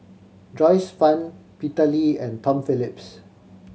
Joyce Fan Peter Lee and Tom Phillips